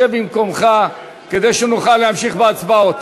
שב במקומך כדי שנוכל להמשיך בהצבעות.